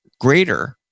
greater